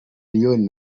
leone